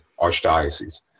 archdiocese